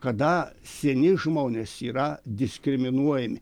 kada seni žmonės yra diskriminuojami